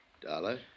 Dollar